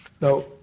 Now